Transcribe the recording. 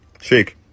Shake